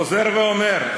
אני חוזר ואומר: